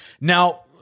now